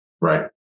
Right